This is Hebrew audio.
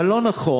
אבל לא נכון,